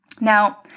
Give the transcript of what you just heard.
Now